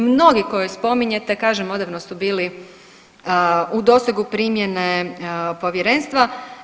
Mnogi koje spominjete kažem odavno su bili u dosegu primjene povjerenstva.